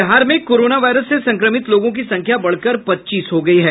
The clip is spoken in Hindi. बिहार में कोरोना वायरस से संक्रमित लोगों की संख्या बढ़कर पच्चीस हो गयी है